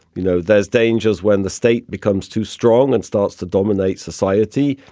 you know there's dangers when the state becomes too strong and starts to dominate society.